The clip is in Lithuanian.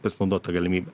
pasinaudot ta galimybe